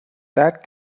that